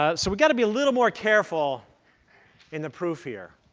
ah so we've got to be a little more careful in the proof here.